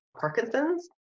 Parkinson's